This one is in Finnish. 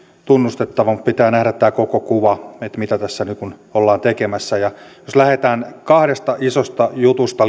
tunnustettava mutta pitää nähdä tämä koko kuva mitä tässä ollaan tekemässä lähdetään liikkeelle kahdesta isosta jutusta